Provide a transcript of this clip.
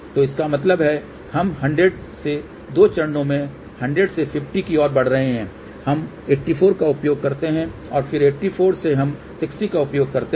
तो इसका मतलब है हम 100 से दो चरणों में 100 से 50 की ओर बढ़ रहे हैं हम 84 का उपयोग करते हैं और फिर 84 से हम 60 का उपयोग करते हैं